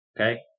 okay